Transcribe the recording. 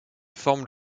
forment